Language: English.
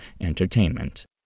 entertainment